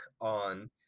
on